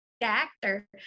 actor